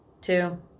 two